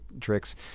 tricks